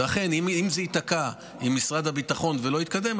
לכן אם זה ייתקע עם משרד הביטחון ולא יתקדם,